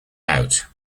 out